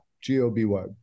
G-O-B-Y